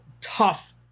tough